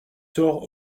sort